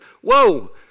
whoa